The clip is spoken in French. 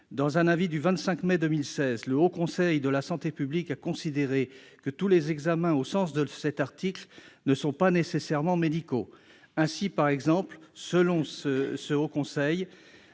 Dans un avis du 25 mai 2016, le Haut Conseil de la santé publique a considéré que tous les examens au sens de cet article ne sont pas nécessairement médicaux. Ainsi, selon le Haut Conseil,